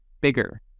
bigger